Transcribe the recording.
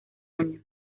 año